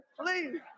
please